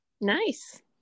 nice